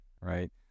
right